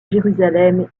jérusalem